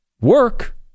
work